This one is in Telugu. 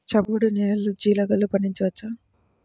చవుడు నేలలో జీలగలు పండించవచ్చా?